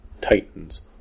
Titans